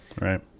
Right